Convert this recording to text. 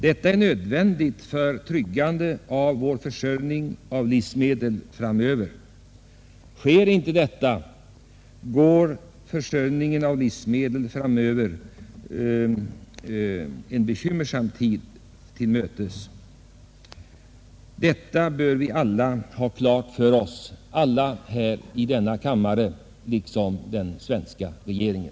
Det är nödvändigt för tryggandet av vår livsmedelsförsörjning framöver. I annat fall går vi en bekymmersam tid till mötes. Detta bör vi alla här i denna kammare ha klart för oss, även den svenska regeringen.